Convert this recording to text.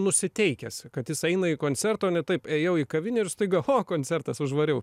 nusiteikęs kad jis eina į koncertą o ne taip ėjau į kavinę ir staiga o koncertas užvariau